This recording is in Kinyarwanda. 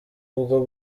ubwo